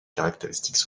caractéristiques